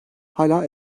hâlâ